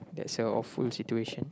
that's your of full situation